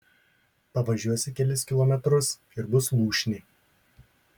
pavažiuosi kelis kilometrus ir bus lūšnė